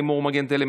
לימור מגן תלם,